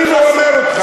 אני מעורר אותך.